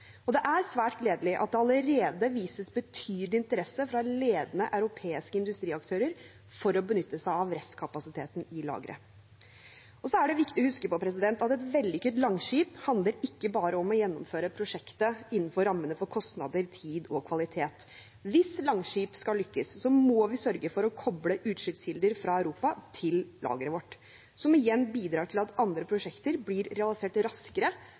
Det er svært gledelig at det allerede vises betydelig interesse fra ledende europeiske industriaktører for å benytte seg av restkapasiteten i lageret. Det er også viktig å huske på at et vellykket Langskip ikke bare handler om å gjennomføre prosjektet innenfor rammene for kostnader, tid og kvalitet. Hvis Langskip skal lykkes, må vi sørge for å koble utslippskilder fra Europa til lageret vårt, som igjen bidrar til at andre prosjekter blir realisert raskere